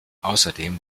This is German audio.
außerdem